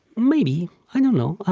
maybe i don't know.